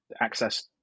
access